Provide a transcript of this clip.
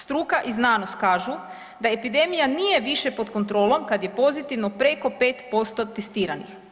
Struka i znanost kažu da epidemija nije više pod kontrolom, kad je pozitivno preko 5% testiranih.